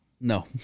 No